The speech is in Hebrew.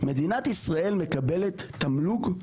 מדינת ישראל מקבלת תמלוג.